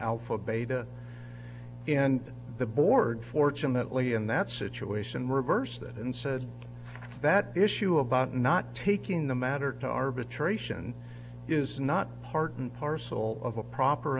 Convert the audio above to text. alpha beta and the board fortunately in that situation reverse that and said that the issue about not taking the matter to arbitration is not part and parcel of a proper